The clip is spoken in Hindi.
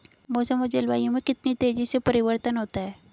मौसम और जलवायु में कितनी तेजी से परिवर्तन होता है?